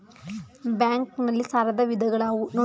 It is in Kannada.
ಬ್ಯಾಂಕ್ ನಲ್ಲಿ ಸಾಲದ ವಿಧಗಳಾವುವು?